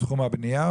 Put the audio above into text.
בתחום הבנייה?